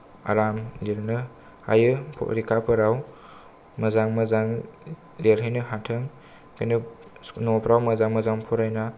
आराम एरैनो हायो परिख्खाफोराव मोजां मोजां लेरहैनो हाथों बेनो नफ्राव मोजां मोजां फरायना